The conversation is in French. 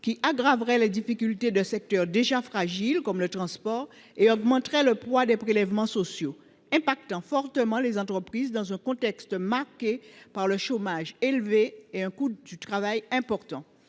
aggraveraient les difficultés de secteurs déjà fragiles, comme le transport, et augmenteraient le poids des prélèvements sociaux, ce qui impacterait fortement les entreprises dans un contexte marqué par un chômage élevé et un coût du travail important.